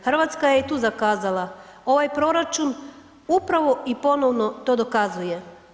Hrvatska je i tu zakazala, ovaj proračun upravo i ponovno to dokazuje.